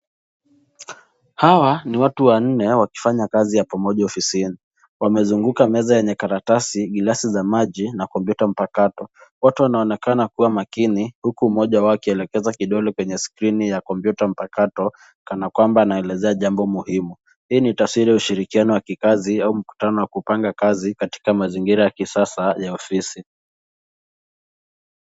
Hawa ni watu wanne wakifanya kazi ya pamoja ofisini. Wamezunguka meza yenye karatasi, glasi za maji na kompyuta mpakato. Wote wanaonekana wakiwa makini huku mmoja akielekeza kidole kwenye skrini ya kompyuta mpakato kana kwamba anaelezea jambo muhimu. Hii ni taswira ya ushirikiano wa kikazi au mkutano wa kupanga kazi katika mazingira ya kisasa ya ofisi.